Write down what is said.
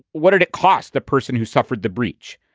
what did it cost the person who suffered the breach?